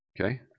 Okay